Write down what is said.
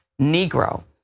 Negro